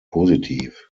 positiv